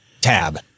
Tab